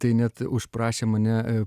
tai net užprašė mane e